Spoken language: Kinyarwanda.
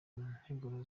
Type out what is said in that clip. nteguro